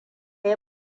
ya